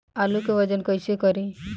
आलू के वजन कैसे करी?